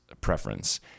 preference